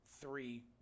three